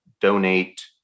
donate